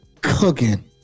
cooking